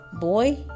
boy